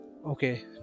okay